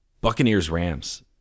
Buccaneers-Rams